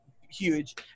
huge